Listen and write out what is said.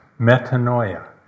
metanoia